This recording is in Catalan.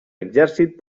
exèrcit